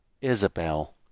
Isabel